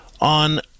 on